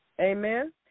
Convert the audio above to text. Amen